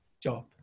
job